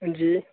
हंजी